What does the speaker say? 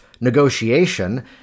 Negotiation